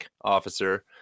officer